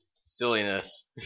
Silliness